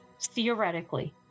theoretically